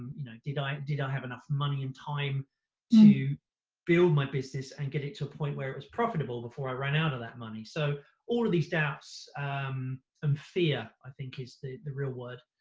you know, did i did i have enough money and time to build my business and get it to a point that it was profitable before i ran out of that money? so all of these doubts um and fear, i think, is the real word,